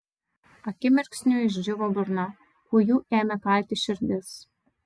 akimirksniu išdžiūvo burna kūju ėmė kalti širdis